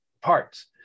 parts